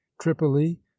tripoli